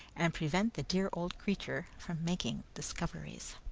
and prevent the dear old creature from making discoveries.